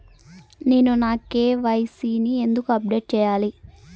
నేను నా కె.వై.సి ని ఎందుకు అప్డేట్ చెయ్యాలి?